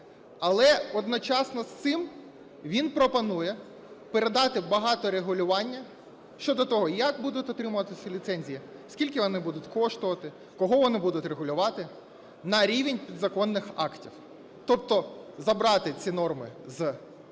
Але одночасно з цим він пропонує передати багато регулювання щодо того, як будуть отримуватися ліцензії, скільки вони будуть коштувати, кого вони будуть регулювати на рівень підзаконних актів. Тобто забрати ці норми із